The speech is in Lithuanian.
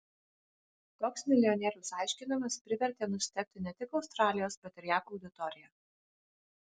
toks milijonieriaus aiškinimas privertė nustebti ne tik australijos bet ir jav auditoriją